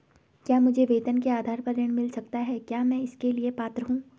क्या मुझे वेतन के आधार पर ऋण मिल सकता है क्या मैं इसके लिए पात्र हूँ?